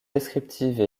descriptive